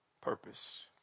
purpose